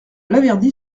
laverdy